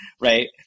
right